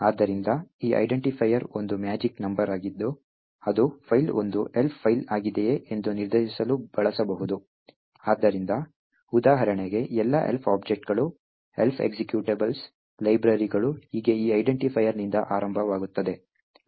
ಆದ್ದರಿಂದ ಈ ಐಡೆಂಟಿಫೈಯರ್ ಒಂದು ಮ್ಯಾಜಿಕ್ ನಂಬರ್ ಆಗಿದ್ದು ಅದು ಫೈಲ್ ಒಂದು Elf ಫೈಲ್ ಆಗಿದೆಯೇ ಎಂದು ನಿರ್ಧರಿಸಲು ಬಳಸಬಹುದು ಆದ್ದರಿಂದ ಉದಾಹರಣೆಗೆ ಎಲ್ಲಾ Elf ಆಬ್ಜೆಕ್ಟ್ಗಳು Elf ಎಕ್ಸಿಕ್ಯೂಟೇಬಲ್ಸ್ ಲೈಬ್ರರಿಗಳು ಹೀಗೆ ಈ ಐಡೆಂಟಿಫೈಯರ್ ನಿಂದ ಆರಂಭವಾಗುತ್ತದೆ